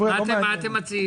מה אתם מציעים?